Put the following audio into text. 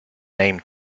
name